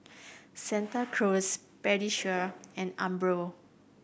Santa Cruz Pediasure and Umbro